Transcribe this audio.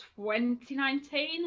2019